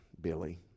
Billy